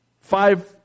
five